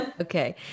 Okay